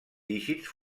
dígits